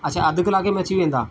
अच्छा अधि कलाके में अची वेंदा